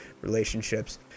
relationships